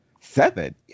Seven